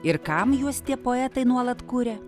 ir kam juos tie poetai nuolat kuria